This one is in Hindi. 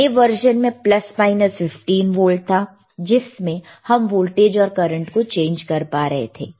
नए वर्जन में प्लस माइनस 15 वोल्ट था जिसमें हम वोल्टेज और करंट को चेंज कर पा रहे थे